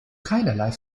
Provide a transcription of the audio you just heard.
keinerlei